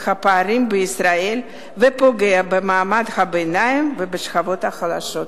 הפערים בישראל ופוגע במעמד הביניים ובשכבות החלשות.